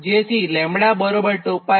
જેથી λ 2π થાય